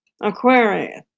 Aquarius